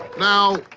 now